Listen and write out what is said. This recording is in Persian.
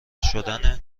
شدن